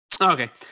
Okay